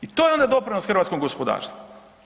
I to je onda doprinos hrvatskom gospodarstvu.